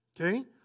okay